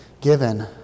given